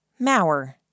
Mauer